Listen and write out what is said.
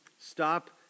Stop